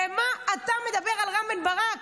ומה אתה מדבר על רם בן ברק?